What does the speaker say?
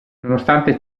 nonostante